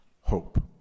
Hope